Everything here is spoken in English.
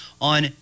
on